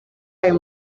ayo